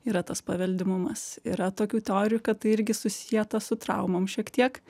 yra tas paveldimumas yra tokių teorijų kad tai irgi susieta su traumom šiek tiek